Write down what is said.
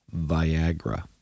Viagra